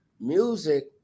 Music